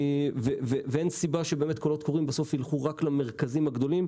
אין סיבה שקולות קוראים ילכו רק למרכזים הגדולים.